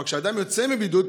אבל כשאדם יוצא מבידוד,